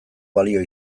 balio